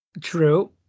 true